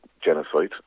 genocide